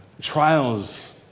trials